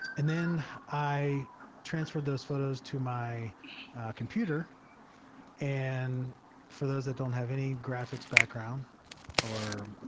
and then i transferred those photos to my computer and for those that don't have any graphics background or,